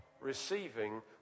Receiving